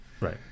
Right